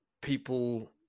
people